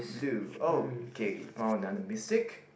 blue oh kay we found another mistake